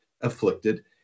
afflicted